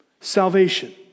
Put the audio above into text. salvation